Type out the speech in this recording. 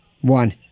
One